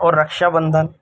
اور رکشا بندھن